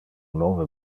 nove